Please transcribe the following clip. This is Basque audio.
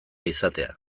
izatea